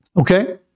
Okay